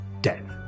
dead